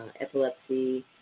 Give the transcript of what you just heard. epilepsy